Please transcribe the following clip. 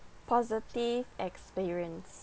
positive experience